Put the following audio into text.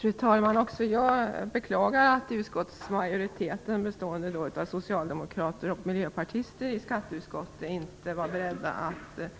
Fru talman! Också jag beklagar att utskottsmajoriteten, bestående av socialdemokrater och miljöpartister i skatteutskottet, inte var beredd att